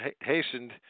hastened